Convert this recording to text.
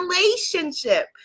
relationship